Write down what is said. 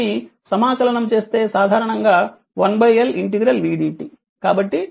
దీనిని సమాకలనం చేస్తే సాధారణంగా 1 L v dt